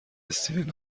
استیون